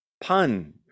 pun